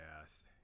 Yes